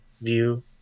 view